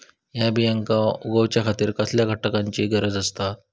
हया बियांक उगौच्या खातिर कसल्या घटकांची गरज आसता?